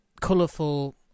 colourful